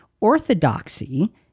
orthodoxy—